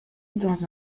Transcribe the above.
dans